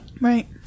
Right